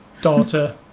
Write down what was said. daughter